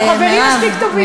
אנחנו חברים מספיק טובים.